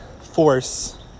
force